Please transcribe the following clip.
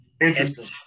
Interesting